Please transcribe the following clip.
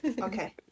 Okay